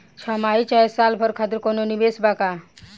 छमाही चाहे साल भर खातिर कौनों निवेश बा का?